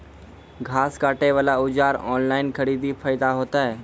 घास काटे बला औजार ऑनलाइन खरीदी फायदा होता?